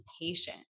patient